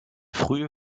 frühe